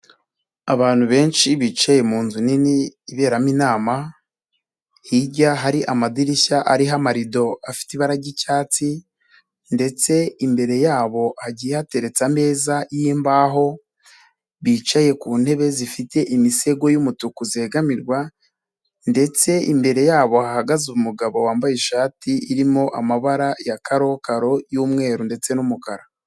Abantu benshi bicaye mu inzu nini iberamo inama, hirya hari amadirishya ariho amarido afite ibara ry'icyatsi ndetse imbere yabo hagiye hateretse ameza y'imbaho bicaye ku ntebe zifite imisego yumutuku zegamirwa, ndetse imbere yabo hagaze umugabo wambaye ishati irimo amabara ya karokaro y'umweru ndetse n'umukara.